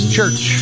Church